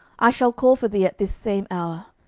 i shall call for thee at this same hour.